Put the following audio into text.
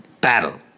battle